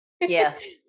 Yes